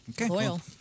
okay